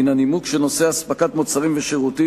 מן הנימוק שנושא אספקת מוצרים ושירותים